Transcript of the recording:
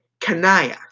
Kanaya